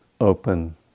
open